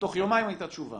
תוך יומיים הייתה תשובה.